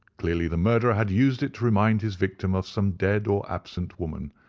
clearly the murderer had used it to remind his victim of some dead or absent woman.